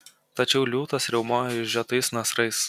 tačiau liūtas riaumojo išžiotais nasrais